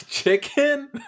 Chicken